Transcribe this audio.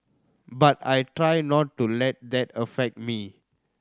but I try not to let that affect me